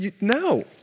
no